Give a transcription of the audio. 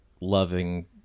loving